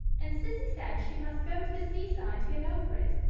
and cissy said she must go to the seaside to get over it,